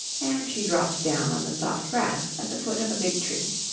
and she dropped down on the soft grass at the foot of a big tree.